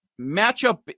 matchup